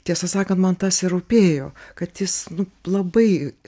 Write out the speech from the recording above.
tiesą sakant man tas ir rūpėjo kad jis nu labai